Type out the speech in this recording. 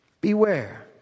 Beware